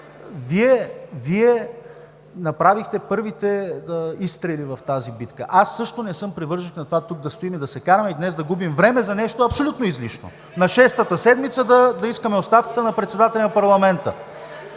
Вие направихте първите изстрели в тази битка. Аз също не съм привърженик на това днес тук да стои и да се караме, и днес да губим време за нещо абсолютно излишно – на шестата седмица да искаме оставката на председателя на парламента!